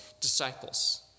disciples